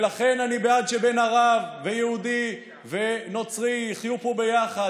ולכן אני בעד שבן ערב ויהודי ונוצרי יחיו פה ביחד,